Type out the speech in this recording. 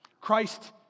Christ